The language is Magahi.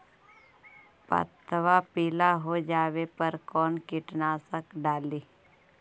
पतबा पिला हो जाबे पर कौन कीटनाशक डाली?